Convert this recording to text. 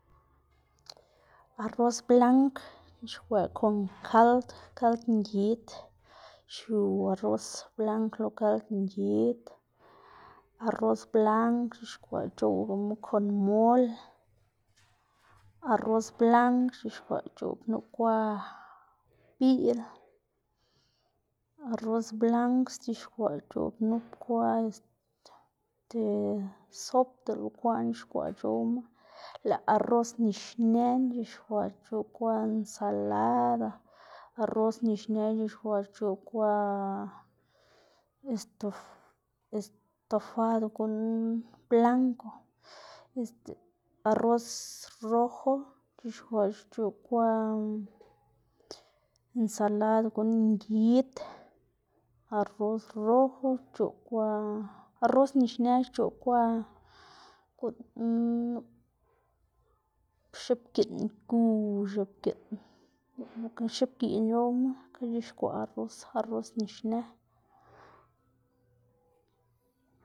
arroz blang c̲h̲ixkwaꞌ kon kald, kald ngid xiu arroz blang lo kald ngid, arroz blang xc̲h̲ixkwaꞌ c̲h̲owgama kon mol, arroz blang xc̲h̲ixkwaꞌ xc̲h̲oꞌb kwa biꞌl, arroz blang sc̲h̲ixkwaꞌ xc̲h̲oꞌb nup kwa este sop dele bekwaꞌn xc̲h̲ixkwaꞌ c̲h̲owma, lëꞌ arroz nixnëna xc̲h̲ixkwaꞌ xc̲h̲oꞌb kwa ensalada, arroz nixnë xc̲h̲ixkwaꞌ xc̲h̲oꞌb kwa esto- estofado guꞌn blanko, este arroz rojo xc̲h̲ixkwaꞌ xc̲h̲oꞌb kwa ensalada guꞌn ngid, arroz rojo xc̲h̲oꞌb kwa, arroz nixnë xc̲h̲oꞌb kwa guꞌn nup x̱iꞌbgiꞌn gu guꞌn x̱oꞌbgiꞌn dele ba x̱oꞌbgiꞌn c̲h̲owma xka xc̲h̲ixkwaꞌ arroz nixnë.